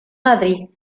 madrid